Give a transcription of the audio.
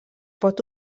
pot